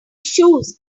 shoes